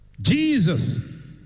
Jesus